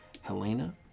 helena